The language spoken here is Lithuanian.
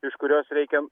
iš kurios reikia